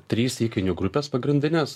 trys įkainių grupės pagrindinės